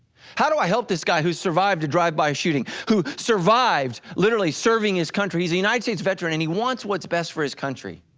how do i help this guy who survived a drive by shooting? who survived literally serving his country, he's uniting his veteran and he wants what's best for his country?